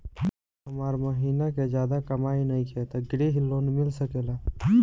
हमर महीना के ज्यादा कमाई नईखे त ग्रिहऽ लोन मिल सकेला?